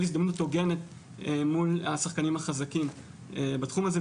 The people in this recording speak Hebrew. הזדמנות הוגנת מול השחקנים החזקים בתחום הזה,